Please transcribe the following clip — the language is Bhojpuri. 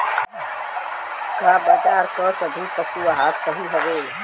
का बाजार क सभी पशु आहार सही हवें?